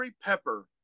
pepper